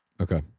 Okay